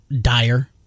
dire